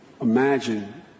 Imagine